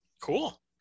Cool